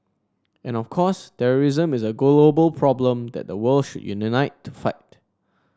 and of course terrorism is a global problem that the world should unite to fight